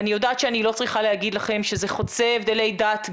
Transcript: אני יודעת שאני לא צריכה להגיד לכם שזה חוצה הבדלי דת,